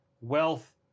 wealth